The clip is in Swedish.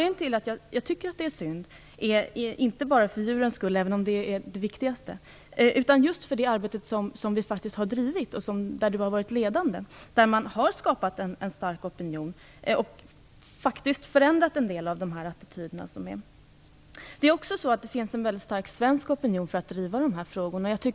Det är inte bara för djurens skull jag tycker att detta är synd, även om det är det viktigaste. Det är också synd med tanke på det arbete som vi faktiskt har drivit, och där jordbruksministern varit ledande. En stark opinion har skapats och en del attityder har förändrats. Det finns en väldigt stark svensk opinion för att driva dessa frågor.